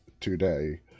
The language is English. today